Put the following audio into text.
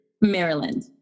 Maryland